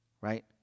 right